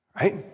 right